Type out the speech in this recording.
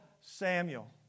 Samuel